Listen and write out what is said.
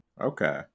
okay